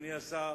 אדוני השר,